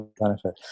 benefit